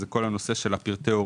והוא הנושא של פרטי ההורים.